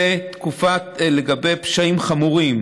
לגבי פשעים חמורים